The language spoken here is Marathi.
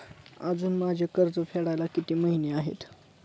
अजुन माझे कर्ज फेडायला किती महिने आहेत?